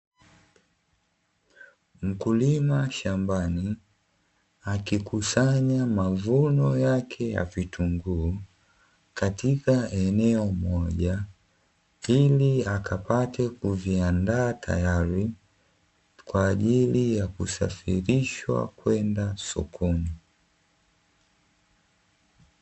Mkulima shambani akikusanya mavuno yake ya vitunguu katika eneo moja ili akapate kuviandaa tayari kwa ajili ya kusafirishwa kwenda sokoni.